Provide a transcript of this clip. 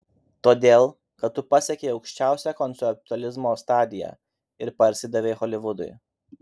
todėl kad tu pasiekei aukščiausią konceptualizmo stadiją ir parsidavei holivudui